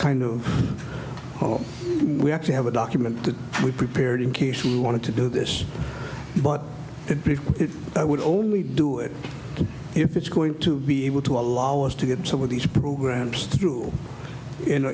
kind of oh we actually have a document that we prepared in case we wanted to do this but i would only do it if it's going to be able to allow us to get some of these programs through